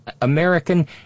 American